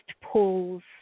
pools